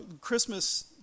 Christmas